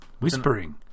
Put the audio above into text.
Whispering